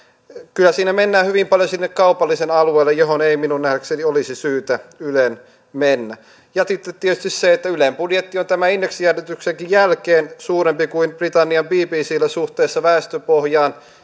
kyllä siinä mennään hyvin paljon sinne kaupalliselle alueelle johon ei minun nähdäkseni olisi syytä ylen mennä ja sitten on tietysti se että ylen budjetti on tämän indeksijäädytyksenkin jälkeen suurempi kuin britannian bbcllä suhteessa väestöpohjaan